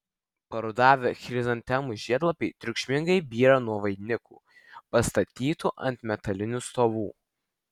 parudavę chrizantemų žiedlapiai triukšmingai byra nuo vainikų pastatytų ant metalinių stovų